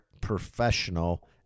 professional